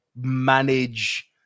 manage